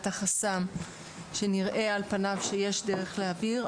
החסם שנראה על פניו שיש דרך להעביר.